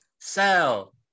Sell